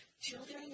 Children